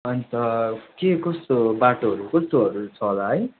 अन्त के कस्तो बाटोहरू कस्तोहरू छ होला है